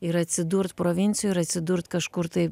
ir atsidurt provincijoj ir atsidurt kažkur tai